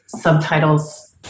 subtitles